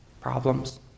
problems